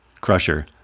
Crusher